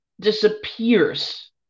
disappears